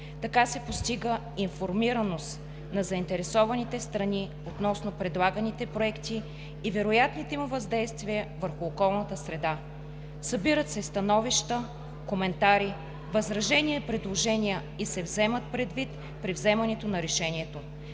Така се постига информираност на заинтересованите страни относно предлаганите проекти и вероятните им въздействия върху околната среда, събират се становища, коментари, възражения, предложения и се вземат предвид при вземането на решението.